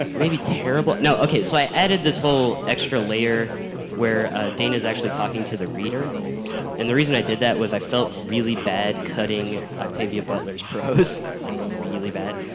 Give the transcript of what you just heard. ah maybe terrible. no okay, so i added this whole extra layer where dana is actually talking to the reader and the reason i did that was i felt really bad cutting octavia butler's prose like really bad.